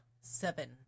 Seven